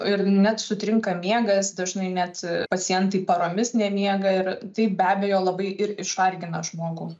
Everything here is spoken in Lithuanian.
ir net sutrinka miegas dažnai net pacientai paromis nemiega ir tai be abejo labai ir išvargina žmogų